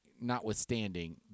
notwithstanding